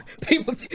people